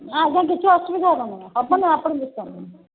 ଆଜ୍ଞା କିଛି ଅସୁବିଧା ହେବନି ହେବନି ଆପଣ ବ୍ୟସ୍ତ ହୁଅନ୍ତୁନି